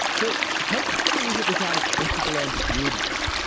but hoax hunting isn't without its ethical ambiguities.